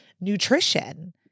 nutrition